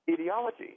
ideology